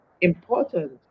important